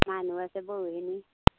মানুহ আছে বহুখিনি